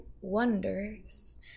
wonders